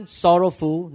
sorrowful